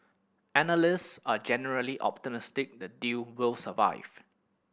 analyst are generally optimistic the deal will survive